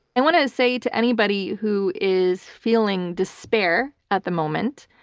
and want to say to anybody who is feeling despair at the moment,